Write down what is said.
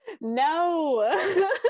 No